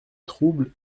trouble